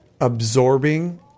absorbing